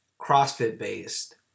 CrossFit-based